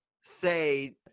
say